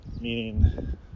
meaning